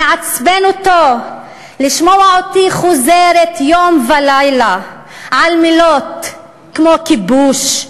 מעצבן אותו לשמוע אותי חוזרת יום ולילה על מילים כמו כיבוש,